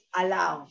allow